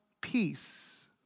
Peace